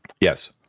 Yes